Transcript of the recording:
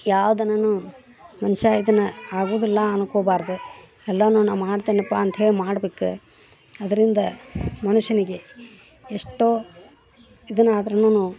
ಯಾವ್ದನ ಮನುಷ್ಯ ಇದನ್ನ ಆಗೋದಿಲ್ಲಾ ಅನ್ಕೋಬಾರ್ದು ಎಲ್ಲಾ ನಾ ಮಾಡ್ತೆನಪ್ಪಾ ಅಂತ್ಹೇಳ್ ಮಾಡ್ಬೇಕು ಅದರಿಂದ ಮನುಷ್ಯನಿಗೆ ಎಷ್ಟೋ ಇದನ್ನು ಆದ್ರುನು